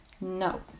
no